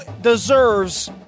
deserves